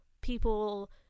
people